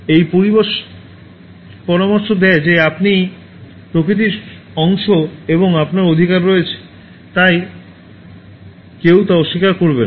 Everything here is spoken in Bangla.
এটি পরামর্শ দেয় যে আপনি প্রকৃতির অংশ এবং আপনার অধিকার রয়েছে কেউ তা অস্বীকার করে না